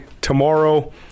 Tomorrow